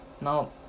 now